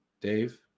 Dave